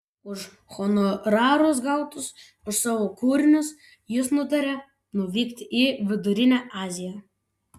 už honorarus gautus už savo kūrinius jis nutarė nuvykti į vidurinę aziją